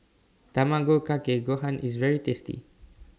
Tamago Kake Gohan IS very tasty